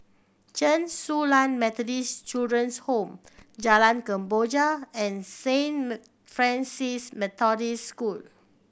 Chen Su Lan Methodist Children's Home Jalan Kemboja and Saint Francis Methodist School